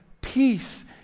peace